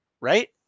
right